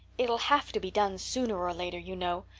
it'll have to be done sooner or later, you know,